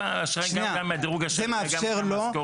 נו, ומה לא בסדר בזה?